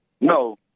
No